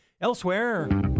Elsewhere